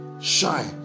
shine